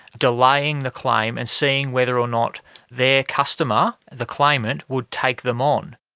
delaying the claim and seeing whether or not their customer, the claimant, would take them on.